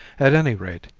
at any rate,